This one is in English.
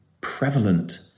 prevalent